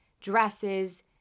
dresses